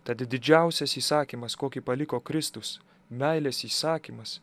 tad didžiausias įsakymas kokį paliko kristus meilės įsakymas